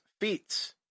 Feats